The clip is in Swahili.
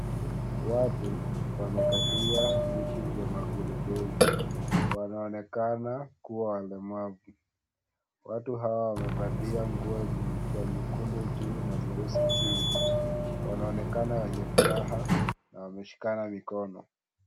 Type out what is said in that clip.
Watu, wamekalia viti vya magurudumu. Wanaonekana kuwa walemavu. Watu hawa wamevalia nguo za nyekundu juu na nyeusi chini, Wanaonekana wenye furaha na wameshikana mikono.